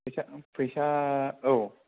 फैसा फैसा औ